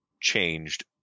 changed